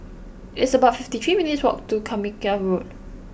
it's about fifty three minutes' walk to Carmichael Road